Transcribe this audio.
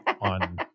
on